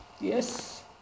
Yes